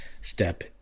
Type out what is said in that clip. step